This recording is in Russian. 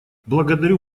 благодарю